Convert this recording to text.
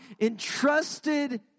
entrusted